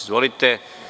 Izvolite.